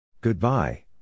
goodbye